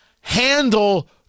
Handle